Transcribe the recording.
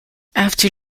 after